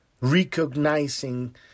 Recognizing